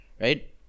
Right